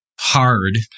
Hard